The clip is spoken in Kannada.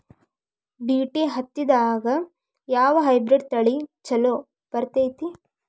ಬಿ.ಟಿ ಹತ್ತಿದಾಗ ಯಾವ ಹೈಬ್ರಿಡ್ ತಳಿ ಛಲೋ ಬೆಳಿತೈತಿ?